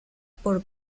por